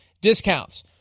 discounts